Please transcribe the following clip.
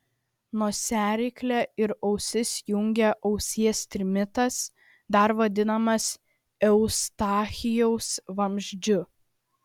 nosiaryklę ir ausis jungia ausies trimitas dar vadinamas eustachijaus vamzdžiu